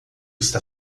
está